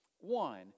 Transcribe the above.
One